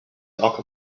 talk